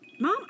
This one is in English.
mom